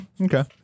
Okay